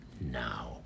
now